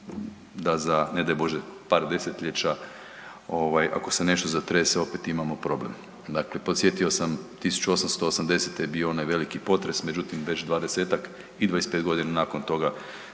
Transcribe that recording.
da za ne daj Bože par desetljeća, ako se nešto zatrese opet, imamo problem. Dakle, podsjetio sam, 1880. je bio onaj veliki potres, međutim, već 20-tak i 25 godina nakon toga,